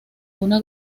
una